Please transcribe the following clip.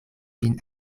vin